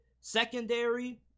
secondary